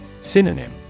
Synonym